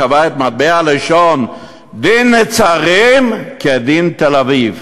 קבע את מטבע הלשון "דין נצרים כדין תל-אביב",